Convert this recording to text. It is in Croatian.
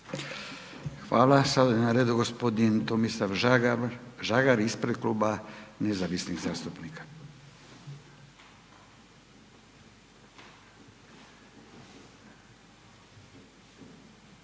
Hvala. Sada je na redu gospodin Tomislav Žagar ispred Kluba Nezavisnih zastupnika.